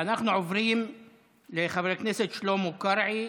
אנחנו עוברים לחבר הכנסת שלמה קרעי,